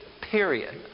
period